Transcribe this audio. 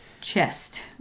chest